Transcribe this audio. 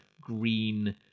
green